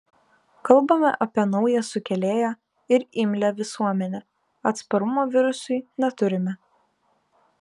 kalbame apie naują sukėlėją ir imlią visuomenę atsparumo virusui neturime